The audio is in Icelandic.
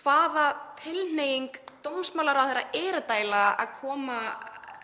Hvaða tilhneiging dómsmálaráðherra er þetta